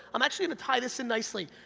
i'm actually gonna tie this in nicely.